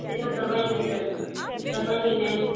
ये तो करवाएंगे सर करवाएंगे मैम